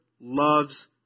loves